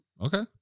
okay